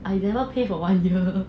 I never pay for one year